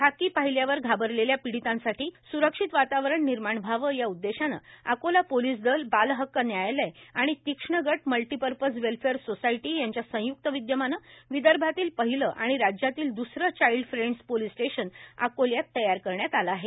खाकी पाहिल्यावर घाबरलेल्या पीडितांसाठी सुरक्षित वातावरण निर्माण व्हावे या उददेशाने अकोला पोलीस दल बाल हक्क न्यायालय आणि तीक्ष्णगट मल्टीपर्पज वेल्ये अर सोसायटी यांच्या संय्क्त विदयमाने विदर्भातील पहिले आणि राज्यातील दुसरे चाइल्ड फ्रेंड्स पोलीस स्टेशन अकोल्यात तयार करण्यात आले आहे